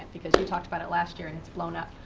because you talked about it last year and it's blown up.